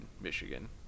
Michigan